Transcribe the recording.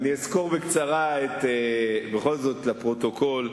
אסקור בקצרה, לפרוטוקול,